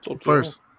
first